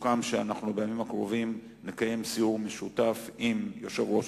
סוכם שבימים הקרובים נקיים סיור משותף עם יושב-ראש